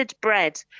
Bread